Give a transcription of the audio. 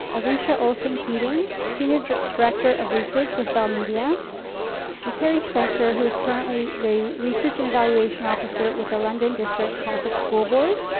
alicia olson-keating, senior dr director of research with bell media. and terry spencer, who is currently the research and evaluation officer with the london district catholic school board,